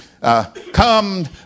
Come